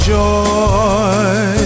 joy